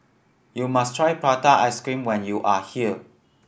you must try prata ice cream when you are here